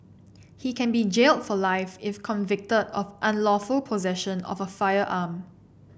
he can be jail for life if convicted of unlawful possession of a firearm